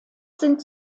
sind